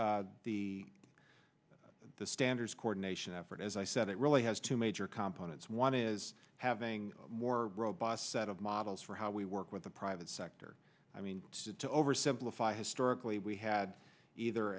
the the the standards coordination effort as i said it really has two major compound it's one is have more robust set of models for how we work with the private sector i mean to oversimplify historically we had either